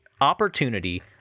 opportunity